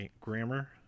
grammar